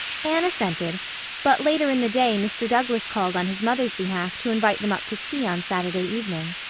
anne assented but later in the day mr. douglas called on his mother's behalf to invite them up to tea on saturday evening.